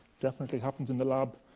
definitely happens in the lab.